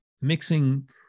mixing